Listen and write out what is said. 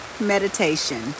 meditation